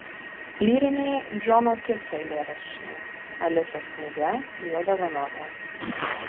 lyriniai džono kitso eilėraščiai alisos knyga jo dovanota